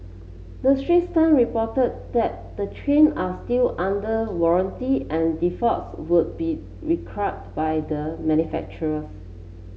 the Straits Time reported that the train are still under warranty and defaults would be by the manufacturers